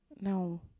No